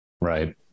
Right